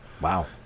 Wow